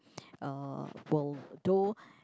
uh will though